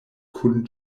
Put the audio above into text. kun